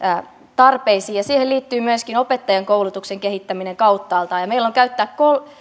tarpeisiin siihen liittyy myöskin opettajien koulutuksen kehittäminen kauttaaltaan ja meillä on käyttää